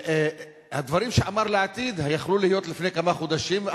הדברים שאמר לעתיד יכלו להיות לפני כמה חודשים,